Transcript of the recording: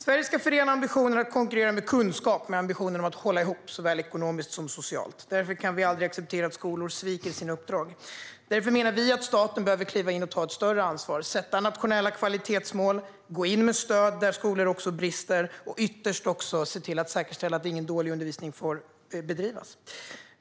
Sverige ska förena ambitionen att konkurrera med kunskap med ambitionen att hålla ihop såväl ekonomiskt som socialt. Därför kan vi aldrig acceptera att skolor sviker sina uppdrag. Vi menar att staten därför behöver kliva in och ta ett större ansvar, sätta nationella kvalitetsmål, gå in med stöd där skolor brister och ytterst säkerställa att ingen dålig undervisning bedrivs.